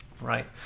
Right